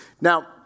Now